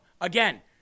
Again